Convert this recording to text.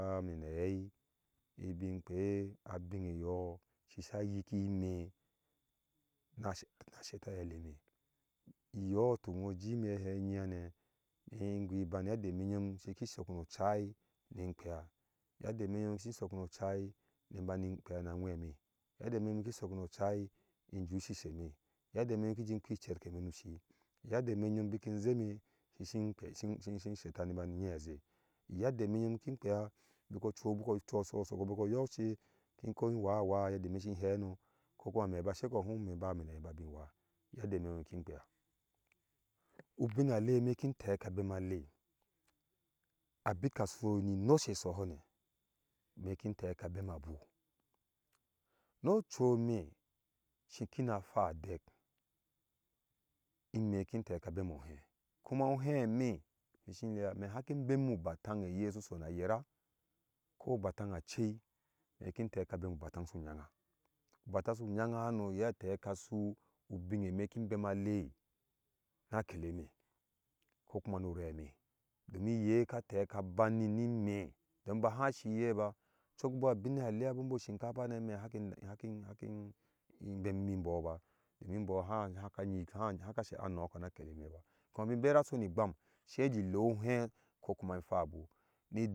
Mbame na ahɛi ibin kpe abin ɛɔɔ shisa yiki tuk ŋgo jime na gei enye hane me gui iban. yende me siki sok no ɔcai in kpea yende me nyom siki sok no ocai inbani kpea na aŋwɛ me yedde me nyom siki shok no ɔcai inju shishme yende eme ŋyom siji kpi cer ke me nu shi yedde me ŋyom biki inzhe me shishin lpea shinshin shetaa nibani ŋyi azhe yedde me ŋyom kin kpea buko ocu buko ocu ashosho ashoki buko yɔɔkce ko inwawáá uyedde me si hɛ ŋo kokumw ame ba sheo hum me bame na hɛi inbabi wááa yedde me ŋyom ki kpea ubin ale me kin tek abema lei abika so ni ŋose sohane me kin tek abema buu nɔ ocui me shin kina hwa adek ime kin teka abemo ohɛikuma ohɛme ishin leaa me kika ibemme ubataŋ eyesu so na yero ko ubataŋ su nyã ŋã hanoye tekasu ubin eme kim bema aleẽi na keleme kokuma nu uvɛme domin ye kateka bani ni ime don bahsai iye ba cokba binaleane bohsinkapa hane, me haki haki bemmi mbɔɔ ba domin mbɔ ha haka nyiki ha haka nɔkɔ na keleme ba kuma bi bera soni gbam seidi le ohɛ kokuma hwaa abuu ni.